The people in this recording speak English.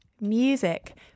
music